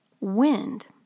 wind